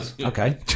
Okay